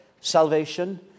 salvation